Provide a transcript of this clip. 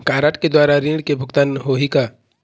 Card के द्वारा ऋण के भुगतान होही का?